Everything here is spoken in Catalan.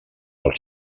els